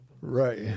right